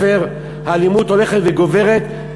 תודה רבה.